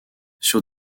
sur